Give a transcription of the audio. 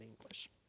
English